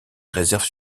réserves